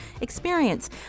experience